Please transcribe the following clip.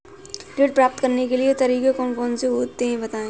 ऋण प्राप्त करने के तरीके कौन कौन से हैं बताएँ?